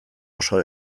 oso